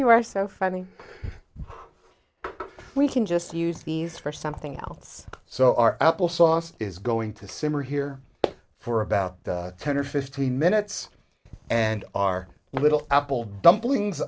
you are so funny we can just use these for something else so our applesauce is going to simmer here for about ten or fifteen minutes and our little apple dumplings